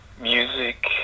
music